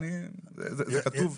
זה כתוב.